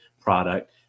product